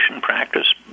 practice